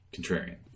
Contrarian